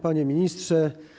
Panie Ministrze!